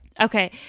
Okay